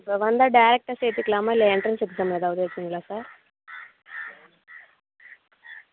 இப்போ வந்தால் டேரக்ட்டாக சேர்த்துக்கலாமா இல்லை என்ட்ரான்ஸ் எக்ஸாம் எதாவது வைப்பிங்களா சார்